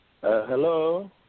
Hello